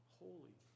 holy